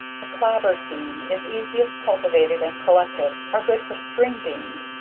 the clabboard bean, is easiest cultivated and collected, are good for string beans,